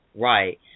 right